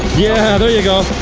yeah, there you go.